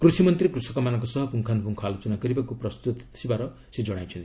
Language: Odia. କୃଷିମନ୍ତ୍ରୀ କୃଷକମାନଙ୍କ ସହ ପୁଙ୍ଗାନୁପୁଙ୍ଗ ଆଲୋଚନା କରିବାକୁ ପ୍ରସ୍ତୁତ ଥିବାର ସେ ଜଣାଇଛନ୍ତି